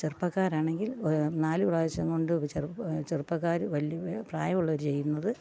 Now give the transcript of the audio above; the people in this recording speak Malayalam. ചെറുപ്പക്കാരാണെങ്കില് നാല് പ്രാവശ്യം കൊണ്ട് ചെറുപ്പ് ചെറുപ്പക്കാര് വലിയവർ പ്രായമുള്ളവര് ചെയ്യുന്നത്